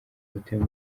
batuye